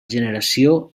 generació